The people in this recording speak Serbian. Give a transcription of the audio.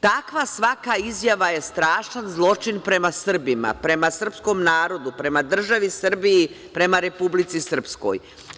Takva svaka izjava je strašan zločin prema Srbima, prema srpskom narodu, prema državi Srbiji, prema Republici Srpskoj.